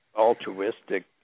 altruistic